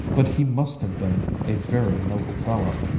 but he must have been a very noble fellow.